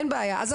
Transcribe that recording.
מאה אחוז, אני